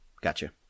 Gotcha